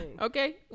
Okay